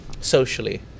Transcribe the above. socially